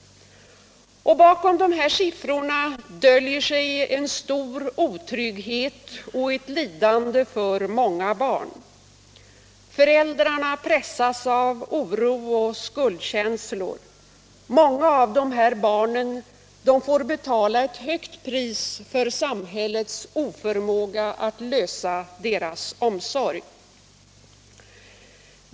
Bakom de här siffrorna döljer sig stor otrygghet och lidande för många barn. Föräldrarna pressas av oro och skuldkänslor. Många av dessa barn får betala ett högt pris för samhällets oförmåga att lösa deras omsorg.